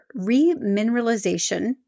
Remineralization